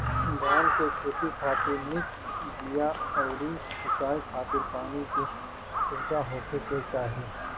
धान के खेती खातिर निक बिया अउरी सिंचाई खातिर पानी के सुविधा होखे के चाही